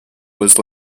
was